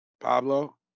Pablo